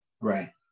Right